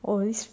always